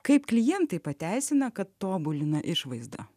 kaip klientai pateisina kad tobulina išvaizdą